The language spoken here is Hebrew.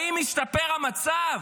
האם השתפר המצב?